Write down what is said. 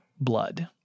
blood